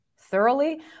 thoroughly